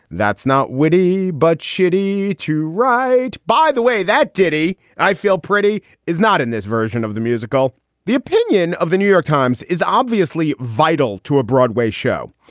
that's not witty, but shitty to write. by the way, that ditty i feel pretty is not in this version of the musical the opinion of the new york times is obviously vital to a broadway show.